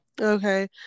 okay